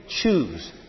Choose